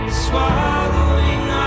swallowing